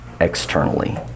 externally